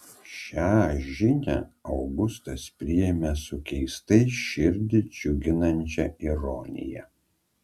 šią žinią augustas priėmė su keistai širdį džiuginančia ironija